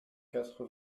quatre